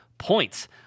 points